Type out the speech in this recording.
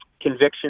conviction